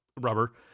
rubber